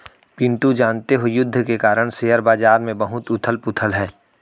पिंटू जानते हो युद्ध के कारण शेयर बाजार में बहुत उथल पुथल है